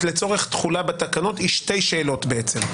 לצורך תחולה בתקנות היא שתי שאלות בעצם,